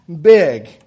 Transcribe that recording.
big